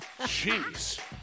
Jeez